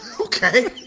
okay